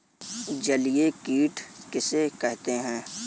जलीय कीट किसे कहते हैं?